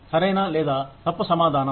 సరైన లేదా తప్పు సమాధానం